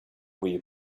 where